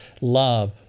love